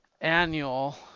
Annual